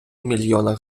мільйона